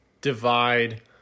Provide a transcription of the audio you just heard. divide